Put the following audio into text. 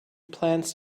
plans